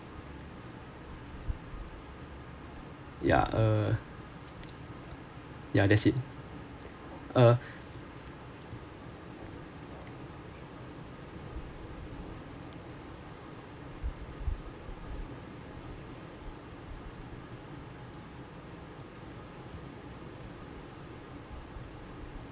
yeah uh yeah that's it uh